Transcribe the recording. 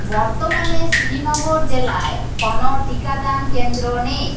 বর্তমানে শ্রীনগর জেলায় কোনও টিকাদান কেন্দ্র নেই